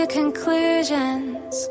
conclusions